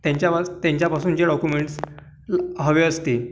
त्यांच्या पा त्यांच्यापासूनचे डॉक्युमेंट्सला हवे असते